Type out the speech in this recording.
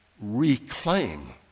reclaim